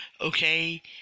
okay